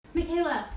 Michaela